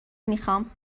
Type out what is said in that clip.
میخام